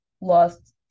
lost